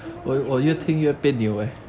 又不是又不是